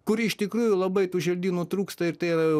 kur iš tikrųjų labai tų želdynų trūksta ir tai yra